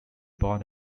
born